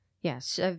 Yes